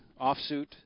offsuit